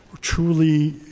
truly